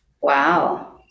Wow